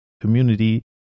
community